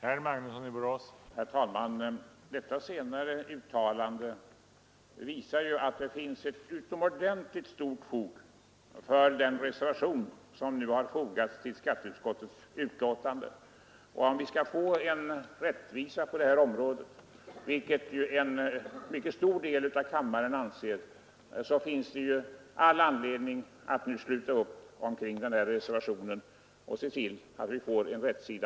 Herr talman! Detta senare uttalande visar ju att det finns ett utomordentligt stort fog för den reservation som har fogats till skatteutskottets betänkande. Om vi skall få rättvisa på detta område, vilket en mycket stor del av kammaren anser, finns det all anledning att nu sluta upp omkring reservationen och se till att vi får rätsida på problemet.